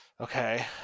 Okay